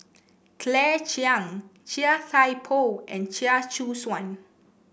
Claire Chiang Chia Thye Poh and Chia Choo Suan